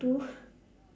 two